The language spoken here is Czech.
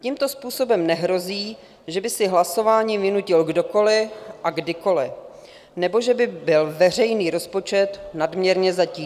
Tímto způsobem nehrozí, že by si hlasování vynutil kdokoli a kdykoli nebo že by byl veřejný rozpočet nadměrně zatížen.